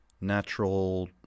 natural